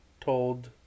told